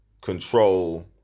control